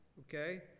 okay